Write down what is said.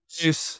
Peace